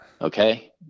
Okay